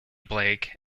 blake